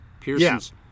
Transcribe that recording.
Pearson's